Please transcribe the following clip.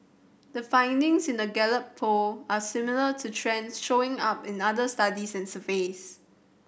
the findings in the Gallup Poll are similar to trends showing up in other studies and surveys